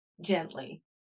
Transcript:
gently